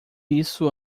isso